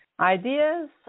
ideas